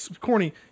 Corny